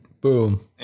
Boom